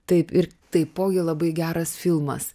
taip ir taipogi labai geras filmas